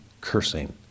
cursing